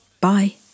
Bye